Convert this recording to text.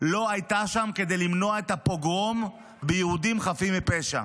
לא הייתה שם כדי למנוע את הפוגרום ביהודים חפים מפשע.